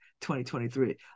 2023